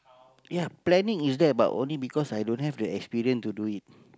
ya planning is there but only because i don't have the experience to do it